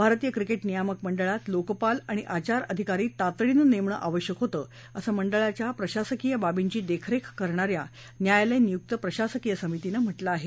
भारतीय क्रिकेशनियामक मंडळात लोकपाल आणि आचार अधिकारी तातडीनं नेमणं आवश्यक होतं असं मंडळाच्या प्रशासकीय बाबींची देखरेख करणाऱ्या न्यायालयनियुक्त प्रशासकीय समितीनं म्हाक्रिं आहे